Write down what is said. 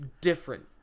different